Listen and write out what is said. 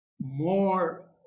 more